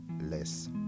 less